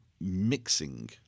mixing